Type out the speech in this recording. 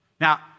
Now